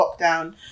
lockdown